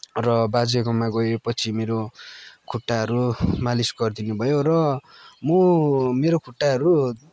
र बाजेकोमा गएपछि मेरो खुट्टाहरू मालिस गरिदिनुभयो र म मेरो खुट्टाहरू